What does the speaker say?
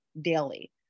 daily